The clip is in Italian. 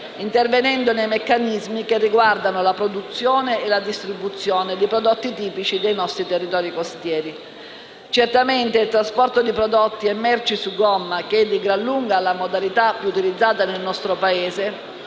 intervenendo sui meccanismi che riguardano la produzione e la distribuzione di prodotti tipici dei nostri territori costieri. Certamente il trasporto di prodotti e merci su gomma, che è di gran lunga la modalità più utilizzata nel nostro Paese,